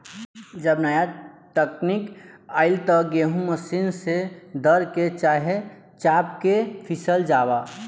जब नाया तकनीक आईल त गेहूँ मशीन से दर के, चाहे चाप के पिसल जाव